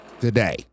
Today